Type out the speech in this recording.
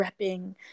repping